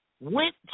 went